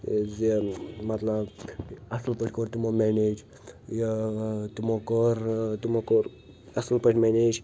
ٲں یہِ مطلب اصٕل پٲٹھۍ کوٚر تِمو مینیج یہِ ٲں تِمو کوٚر ٲں تِمو کوٚر اصٕل پٲٹھۍ مینیج